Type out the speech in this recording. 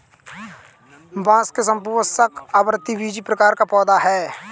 बांस एक सपुष्पक, आवृतबीजी प्रकार का पौधा है